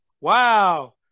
Wow